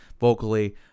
vocally